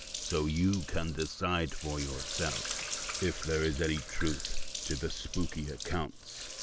so you can decide for yourself if there is any truth to the spooky accounts.